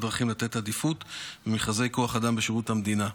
הדרכים לתת עדיפות במכרזי כוח אדם בשירות המדינה.